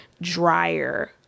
dryer